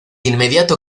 inmediato